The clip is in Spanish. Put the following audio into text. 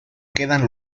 quedan